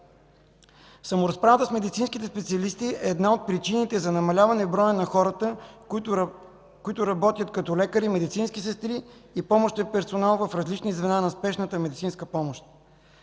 Саморазправата с медицинските специалисти е една от причините за намаляване броя на хората, които работят като лекари, медицински сестри и помощен персонал в различни звена на спешната медицинска помощ.